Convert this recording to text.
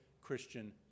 Christian